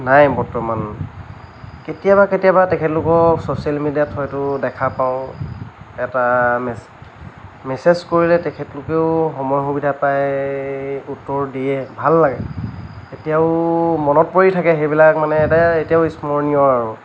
নাই বৰ্তমান কেতিয়াবা কেতিয়াবা তেখেতলোকক চচিয়েল মিডিয়াত হয়তো দেখা পাওঁ এটা মে মেছেজ কৰিলেও তেখেতলোকেও সময় সুবিধা পাই উত্তৰ দিয়ে ভাল লাগে এতিয়াও মনত পৰি থাকে সেইবিলাক মানে এটা এতিয়াও স্মৰণীয় আৰু